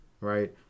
right